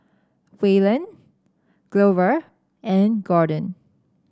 Waylon Glover and Gordon